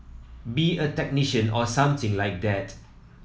be a technician or something like that